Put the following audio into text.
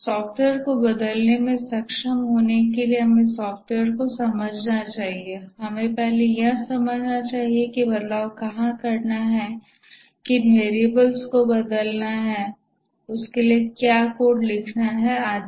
software को बदलने में सक्षम होने के लिए हमें पहले सॉफ्टवेयर को समझना चाहिए हमें पहले यह समझना चाहिए कि बदलाव कहां करना है किन वेरिएबल्स को बदलना है उसके लिए क्या कोड लिखना है आदि